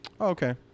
Okay